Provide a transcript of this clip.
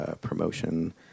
promotion